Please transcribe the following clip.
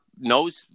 knows